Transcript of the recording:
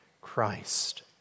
Christ